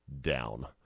down